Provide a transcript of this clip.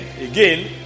again